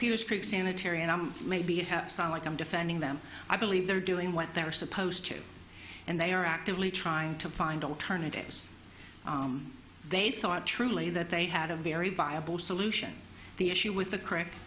peter sprigg sanitary and i may be have sound like i'm defending them i believe they're doing what they were supposed to and they are actively trying to find alternatives they thought truly that they had a very viable solution the issue with the correct